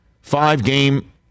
five-game